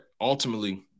Ultimately